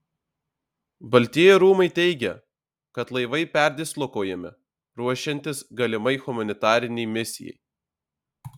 baltieji rūmai teigia kad laivai perdislokuojami ruošiantis galimai humanitarinei misijai